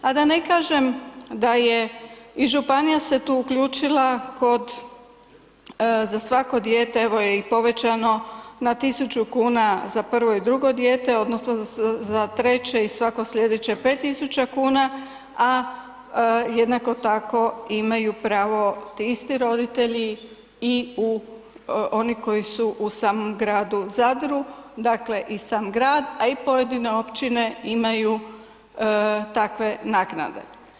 A da ne kažem da je i županija se tu uključila kod, za svako dijete evo je i povećano na 1.000 kuna za prvo i drugo dijete odnosno za treće za svako slijedeće 5.000 kuna, a jednako tako imaju pravo ti isti roditelji i u, oni koji su u samom gradu Zadru, dakle i sam grad, a i pojedine općine imaju takve naknade.